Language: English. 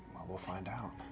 we'll find out.